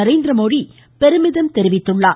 நரேந்திரமோடி பெருமிதம் தெரிவித்துள்ளார்